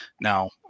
Now